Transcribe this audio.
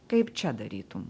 kaip čia darytum